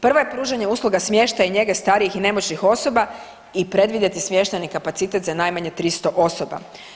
Prva je pružanja usluge smještaja i njege starijih i nemoćnih osoba i predvidjeti smještajni kapacitet za najmanje 300 osoba.